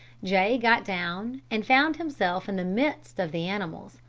j. got down and found himself in the midst of the animals,